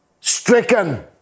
stricken